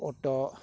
auto